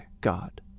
God